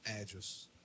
address